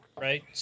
right